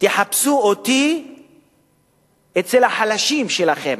תחפשו אותי אצל החלשים שלכם,